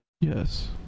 Yes